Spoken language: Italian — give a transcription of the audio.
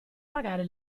pagare